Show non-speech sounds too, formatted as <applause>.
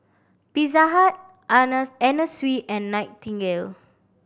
Pizza Hut <unintelligible> Anna Sui and Nightingale